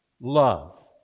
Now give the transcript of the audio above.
love